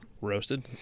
roasted